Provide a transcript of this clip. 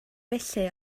felly